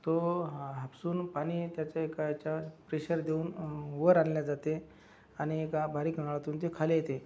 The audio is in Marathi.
तो हाहापसून पाणी त्याच्या एका ह्याच्या प्रेशर देऊन वर आणल्या जाते आणि एका बारीक नळातून ते खाली येते